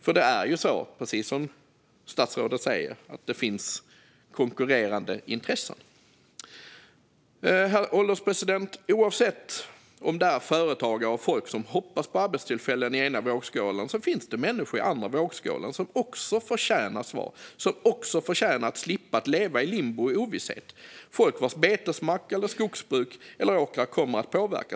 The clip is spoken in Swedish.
För det är precis som statsrådet säger: Det finns konkurrerande intressen. Herr ålderspresident! Oavsett om det finns företagare och folk som hoppas på arbetstillfällen i den ena vågskålen finns det också människor i den andra vågskålen som även de förtjänar svar. De förtjänar också att slippa att leva i limbo och ovisshet. Det är folk vars betesmark, skogsbruk eller åkrar kommer att påverkas.